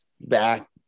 back